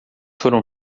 foram